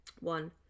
One